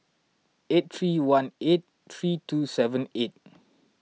eight three one eight three two seven eight